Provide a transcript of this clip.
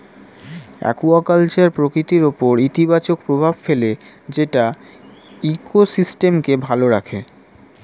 aquaculture প্রকৃতির উপর ইতিবাচক প্রভাব ফেলে যেটা ইকোসিস্টেমকে ভালো রাখে